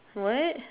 what